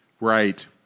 right